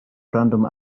random